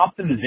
optimization